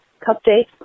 update